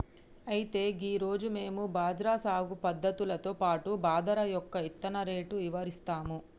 అయితే గీ రోజు మేము బజ్రా సాగు పద్ధతులతో పాటు బాదరా యొక్క ఇత్తన రేటు ఇవరిస్తాము